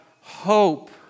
hope